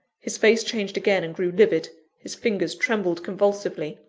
his face changed again, and grew livid his fingers trembled convulsively,